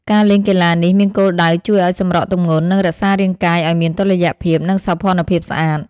ការលេងកីឡានេះមានគោលដៅជួយឱ្យសម្រកទម្ងន់ និងរក្សារាងកាយឱ្យមានតុល្យភាព និងសោភ័ណភាពស្អាត។